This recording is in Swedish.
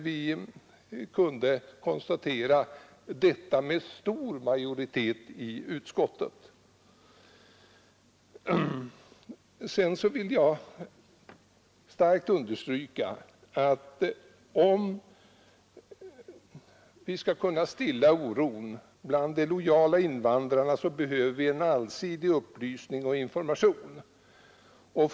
Vi kunde konstatera detta med stor majoritet i utskottet. Sedan vill jag starkt understryka att det behövs allsidig upplysning och information, om vi skall kunna stilla oron bland de lojala invandrarna.